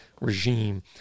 regime